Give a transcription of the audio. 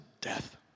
death